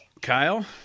Kyle